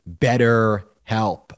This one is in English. BetterHelp